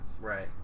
Right